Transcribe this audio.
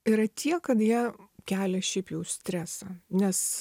yra tiek kad jie kelia šiaip jau stresą nes